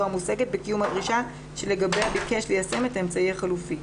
המושגת בקיום הדרישה שלגביה ביקש ליישם את האמצעי החלופי.